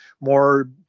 more